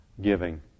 giving